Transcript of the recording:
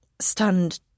stunned